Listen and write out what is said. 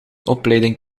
opleiding